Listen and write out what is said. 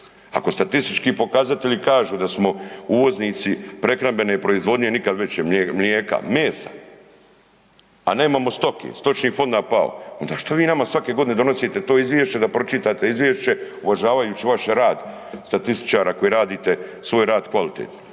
Ako statistički pokazatelji kažu da smo uvoznici prehrambene proizvodnje nikad veće, mlijeka, mesa, a nemamo stoke, stočni fond nam pao, onda što vi nama svake godine donosite to izvješće da pročitate izvješće uvažavajući vaš rad statističara koji radite svoj rad kvalitetno.